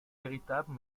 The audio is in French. véritable